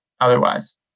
otherwise